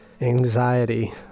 anxiety